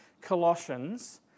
Colossians